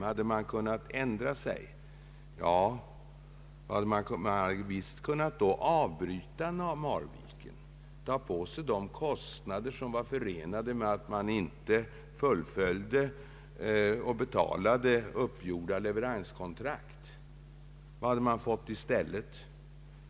Ja, man hade kunnat avbryta Marvikenprojektet och ta på sig de kostnader som var förenade med ett brytande av uppgjorda leveranskontrakt. Vad hade man fått i stället?